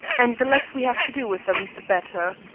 and the less we have to do with them the better.